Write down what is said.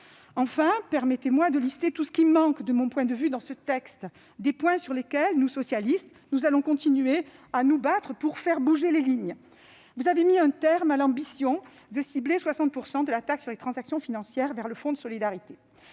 Enfin, permettez-moi de lister tout ce qui manque, de mon point de vue, dans ce texte, des points sur lesquels les socialistes vont continuer de se battre pour faire bouger les lignes. Vous avez mis un terme à l'ambition de cibler 60 % de la taxe sur les transactions financières vers le Fonds de solidarité